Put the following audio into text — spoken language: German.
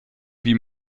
wie